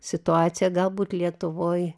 situacija galbūt lietuvoj